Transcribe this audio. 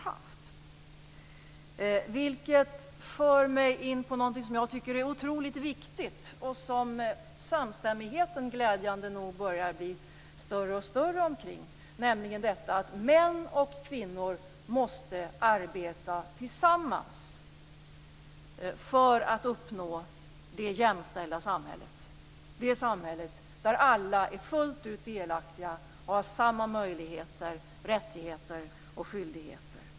Detta för mig in på något som jag tycker är otroligt viktigt och där samstämmigheten glädjande nog börjar att bli större och större kring, nämligen att män och kvinnor måste arbeta tillsammans för att uppnå det jämställda samhället, det samhälle där alla fullt ut är delaktiga och har samma möjligheter, rättigheter och skyldigheter.